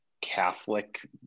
Catholic